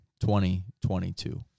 2022